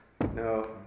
No